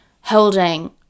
holding